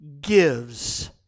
gives